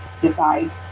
device